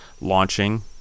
launching